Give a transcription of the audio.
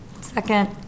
Second